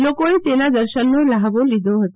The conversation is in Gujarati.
લોકોએ તેના દર્શનનો લ્હાવો લીધો હતો